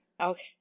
okay